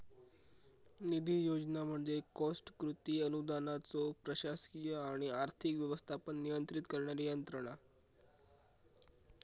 निधी योजना म्हणजे कॉस्ट कृती अनुदानाचो प्रशासकीय आणि आर्थिक व्यवस्थापन नियंत्रित करणारी यंत्रणा